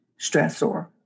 stressor